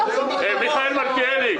מיכאל מלכיאלי,